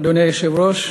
אדוני היושב-ראש,